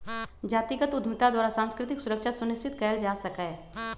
जातिगत उद्यमिता द्वारा सांस्कृतिक सुरक्षा सुनिश्चित कएल जा सकैय